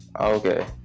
okay